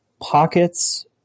pockets